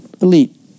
elite